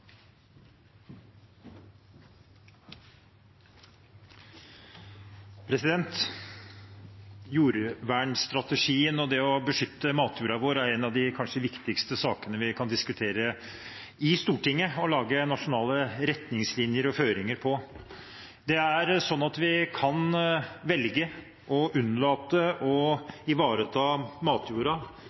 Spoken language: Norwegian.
å beskytte matjorda vår er kanskje en av de viktigste sakene vi kan diskutere i Stortinget og lage nasjonale retningslinjer og føringer for. Vi kan velge å unnlate å ivareta matjorda